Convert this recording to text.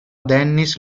dennis